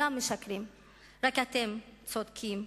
רק אתם צודקים,